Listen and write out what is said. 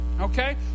Okay